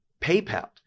PayPal